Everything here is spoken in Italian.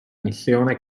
missione